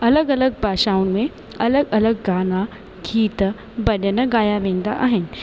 अलॻि अलॻि भाषाउनि में अलॻि अलॻि गाना गीत भॼन गाया वेंदा आहिनि